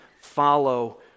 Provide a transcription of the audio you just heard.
follow